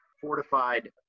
fortified